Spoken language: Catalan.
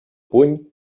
puny